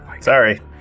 Sorry